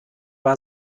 war